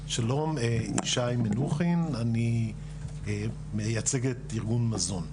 שלום, ישי מנוחין, אני מייצג את ארגון מזון.